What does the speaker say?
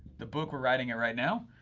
the book we're writing it right now,